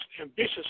ambitious